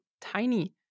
tiny